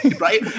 Right